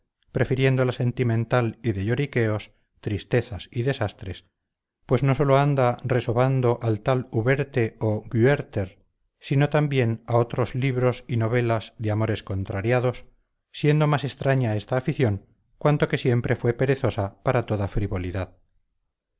la sentimental y de lloriqueos tristezas y desastres pues no sólo anda resobando al tal uberte o güerter sino también a otros libros y novelas de amores contrariados siendo más extraña esta afición cuanto que siempre fue perezosa para toda frivolidad